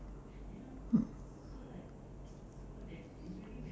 mm